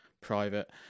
private